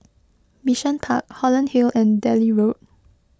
Bishan Park Holland Hill and Delhi Road